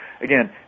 again